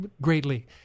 greatly